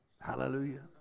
hallelujah